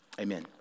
Amen